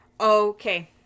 Okay